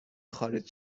خارج